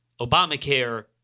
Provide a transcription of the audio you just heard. Obamacare